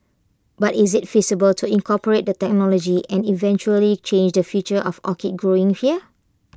but is IT feasible to incorporate the technology and eventually change the future of orchid growing here